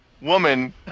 woman